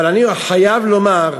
אבל אני חייב לומר,